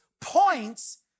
points